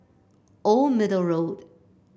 Old Middle Road